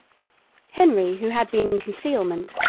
henry, who had been in concealment,